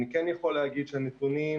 אני כן יכול להגיד שהנתונים,